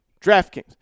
DraftKings